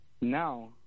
Now